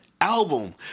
album